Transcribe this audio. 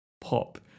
pop